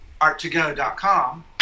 art2go.com